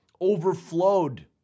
overflowed